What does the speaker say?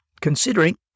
considering